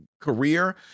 career